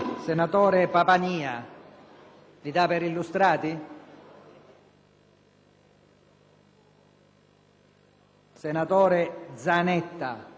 senatore Zanetta